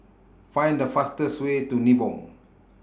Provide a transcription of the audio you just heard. Find The fastest Way to Nibong